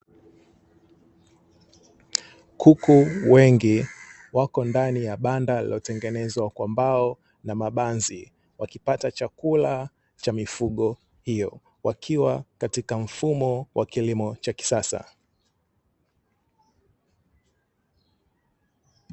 Kuku wengi wako ndani ya banda lililotengenezwa kwa mbao na mabanzi wakipata chakula cha mifugo hiyo, wakiwa katika mfumo wa kilimo cha kisasa.